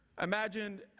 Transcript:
Imagine